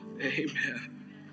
Amen